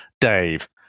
Dave